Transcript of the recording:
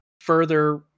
further